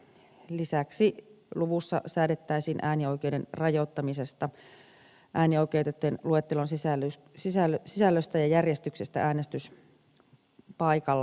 lisäksi luvussa säädettäisiin äänioikeuden rajoittamisesta äänioikeutettujen luettelon sisällöstä ja järjestyksestä äänestyspaikalla